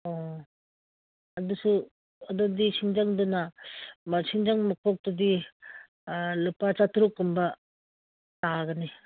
ꯎꯝ ꯑꯗꯨꯁꯨ ꯑꯗꯨꯗꯤ ꯁꯤꯡꯖꯪꯗꯨꯅ ꯁꯤꯡꯖꯪ ꯃꯈꯣꯛꯇꯨꯗꯤ ꯂꯨꯄꯥ ꯆꯥꯇ꯭ꯔꯨꯛꯀꯨꯝꯕ ꯇꯥꯒꯅꯤ